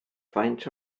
faint